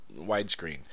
widescreen